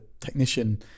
technician